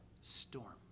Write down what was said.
storm